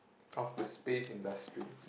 of the space industry